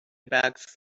bags